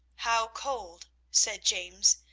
how cold, said james,